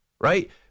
right